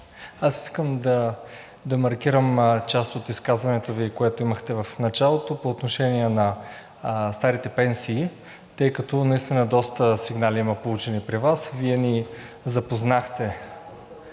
Аз искам да маркирам част от изказването Ви, което имахте в началото, по отношение на старите пенсии, тъй като при Вас има доста получени сигнали. Вие ни запознахте,